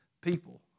people